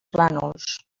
plànols